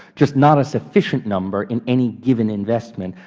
just not a sufficient number in any given investment,